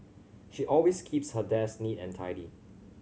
she always keeps her desk neat and tidy